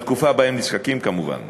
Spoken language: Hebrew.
בתקופה שבה הם נזקקים, כמובן.